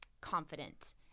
confident